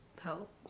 Help